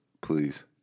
please